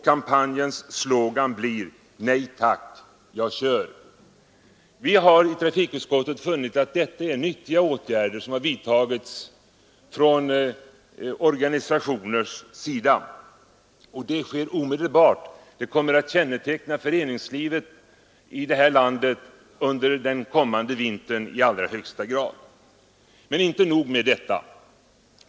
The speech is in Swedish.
Kampanjens slogan blir: Nej tack — jag kör. Vi har i trafikutskottet funnit att det är nyttiga åtgärder som på detta sätt vidtas från dessa organisationers sida. Och det sker omedelbart — det kommer att i allra högsta grad känneteckna föreningslivet i det här landet under den kommande vintern. Men inte nog med detta!